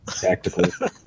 tactical